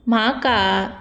म्हाका